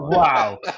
Wow